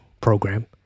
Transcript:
program